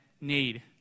need